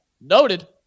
noted